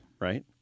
right